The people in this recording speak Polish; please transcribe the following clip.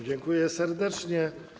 Dziękuję serdecznie.